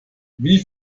wie